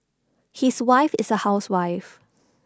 his wife is A housewife